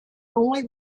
only